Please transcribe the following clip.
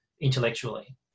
intellectually